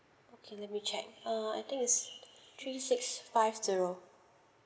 okay let me check uh I think is three six five zero